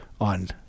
on